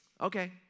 okay